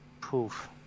Poof